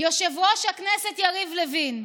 יושב-ראש הכנסת יריב לוין.